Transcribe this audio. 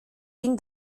bin